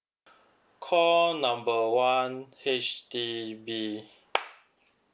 call number one H_D_B